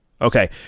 Okay